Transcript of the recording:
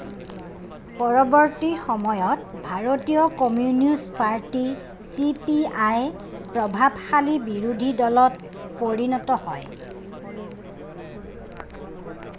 পৰৱৰ্তী সময়ত ভাৰতীয় Communist Party C P I প্ৰভাৱশালী বিৰোধী দলত পৰিণত হয়